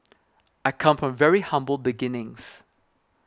I come from very humble beginnings